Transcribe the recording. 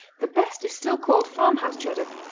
the best is still called farmhouse cheddar,